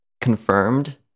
confirmed